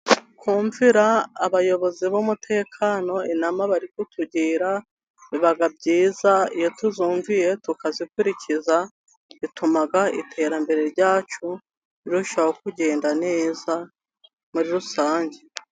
Kummvira abayobozi b'umutekano inama bari kutugira, biba byiza iyo tuzumviye, tukazikurikiza, bituma iterambere ryacu rirushaho kugenda neza muri rusange.